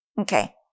okay